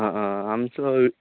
आं आं आमचो